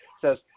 says